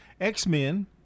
X-Men